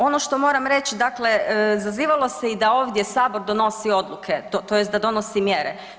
Ono što moram reć, dakle zazivalo se i da ovdje Sabor donosi odluke, tj. da donosi mjere.